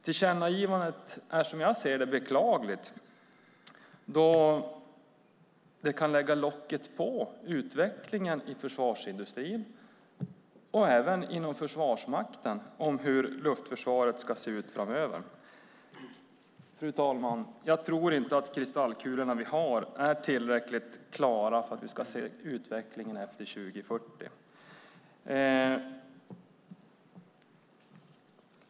Tillkännagivandet är som jag ser det beklagligt, då det kan lägga locket på utvecklingen i försvarsindustrin och även inom Försvarsmakten om hur luftförsvaret ska se ut framöver. Fru talman! Jag tror inte att de kristallkulor vi har är tillräckligt klara för att vi ska se utvecklingen efter 2040.